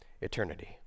eternity